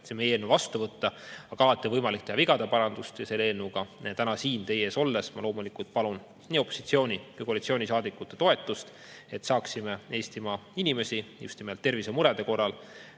see meie eelnõu vastu võtta, aga alati on võimalik teha vigade parandust. Selle eelnõuga täna siin teie ees olles ma loomulikult palun nii opositsiooni‑ kui koalitsioonisaadikute toetust, et saaksime Eestimaa inimesi just nimelt tervisemurede korral